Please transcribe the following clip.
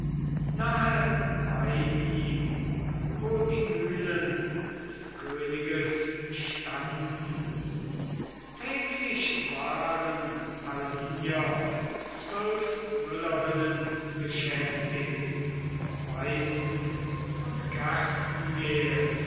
nahe bei ihm wo die mühlen des königes standen täglich waren allhier zwölf müllerinnen beschäftigt weizen und